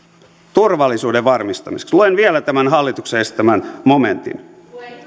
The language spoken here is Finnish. turvallisuuden varmistamiseksi luen vielä tämän hallituksen esittämän momentin